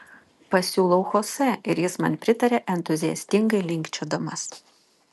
pasiūlau chosė ir jis man pritaria entuziastingai linkčiodamas